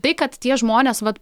tai kad tie žmonės vat